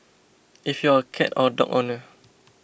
if you are a cat or dog owner